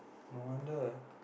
no wonder